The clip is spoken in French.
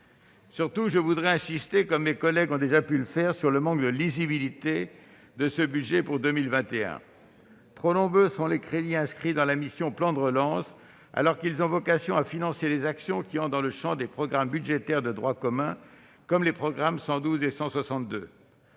Surtout, je voudrais insister- comme mes collègues ont déjà pu le faire -sur le manque de lisibilité de ce projet de loi de finances pour 2021. Trop nombreux sont les crédits inscrits dans la mission « Plan de relance », alors qu'ils ont vocation à financer des actions entrant dans le périmètre des programmes budgétaires de droit commun, comme les programmes 112 et 162.